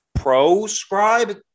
Proscribe